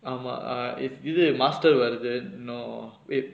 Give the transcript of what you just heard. :ஆமாaamaa err if இது:ithu master வருது:varuthu no wait